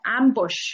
ambush